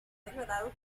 declarado